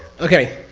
okay,